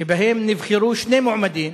שבהן נבחרו שני מועמדים